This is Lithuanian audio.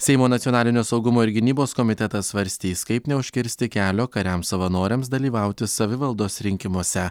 seimo nacionalinio saugumo ir gynybos komitetas svarstys kaip neužkirsti kelio kariams savanoriams dalyvauti savivaldos rinkimuose